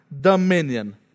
dominion